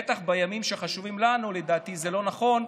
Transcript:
בטח בימים שחשובים לנו, לדעתי זה לא נכון.